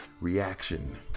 reaction